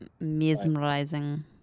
mesmerizing